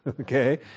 okay